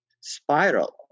spiral